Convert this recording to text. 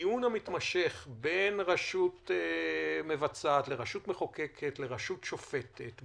שבדיון המתמשך בין רשות מבצעת לרשות מחוקקת לרשות שופטת,